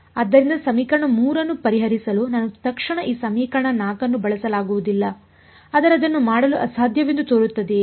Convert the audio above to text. ಆದ್ದರಿಂದ ಸಮೀಕರಣ 3 ಅನ್ನು ಪರಿಹರಿಸಲು ನಾನು ತಕ್ಷಣ ಈ ಸಮೀಕರಣ 4 ಅನ್ನು ಬಳಸಲಾಗುವುದಿಲ್ಲ ಆದರೆ ಅದನ್ನು ಮಾಡಲು ಅಸಾಧ್ಯವೆಂದು ತೋರುತ್ತದೆಯೇ